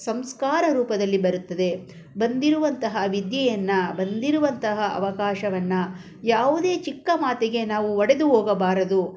ಸಂಸ್ಕಾರ ರೂಪದಲ್ಲಿ ಬರುತ್ತದೆ ಬಂದಿರುವಂತಹ ವಿದ್ಯೆಯನ್ನು ಬಂದಿರುವಂತಹ ಅವಕಾಶವನ್ನು ಯಾವುದೇ ಚಿಕ್ಕ ಮಾತಿಗೆ ನಾವು ಒಡೆದು ಹೋಗಬಾರದು